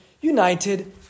united